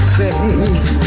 face